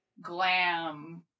glam